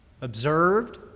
observed